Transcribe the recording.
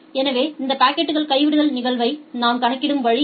எனவே இந்த பாக்கெட்கள் கைவிடுதல் நிகழ்தகவை நாம் கணக்கிடும் வழி இது